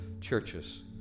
churches